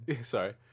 Sorry